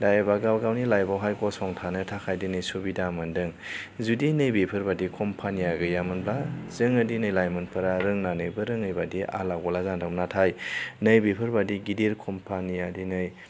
दा एबा गाव गावनि लाइफआवहाय गसंथानो थाखाय दिनै सुबिदा मोन्दों जुदि नैबेफोर बायदि कम्पानीया गैयामोनब्ला जोङो दिनै लाइमोनफोरा रोंनानैबो रोङैबायदि आला गला जाना थागौमोन नाथाय नैबेफोर बायदि गिदिर कम्पानीया दिनै